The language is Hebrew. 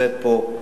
שנמצאת פה.